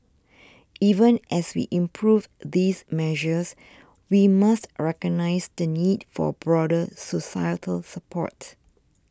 even as we improve these measures we must recognise the need for broader societal support